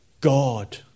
God